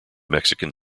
mexican